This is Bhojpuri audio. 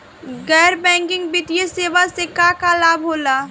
गैर बैंकिंग वित्तीय सेवाएं से का का लाभ होला?